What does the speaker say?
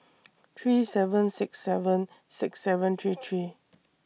three seven six seven six seven three three